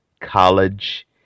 college